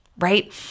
right